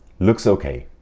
looks ok.